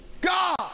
God